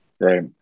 Right